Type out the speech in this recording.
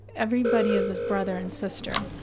everybody is his brother and sister.